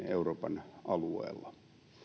euroopan alueella